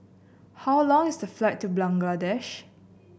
how long is the flight to Bangladesh